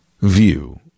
view